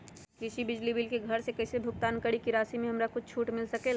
कृषि बिजली के बिल घर से कईसे भुगतान करी की राशि मे हमरा कुछ छूट मिल सकेले?